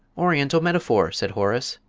oriental metaphor! said horace.